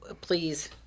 please